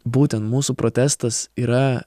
būtent mūsų protestas yra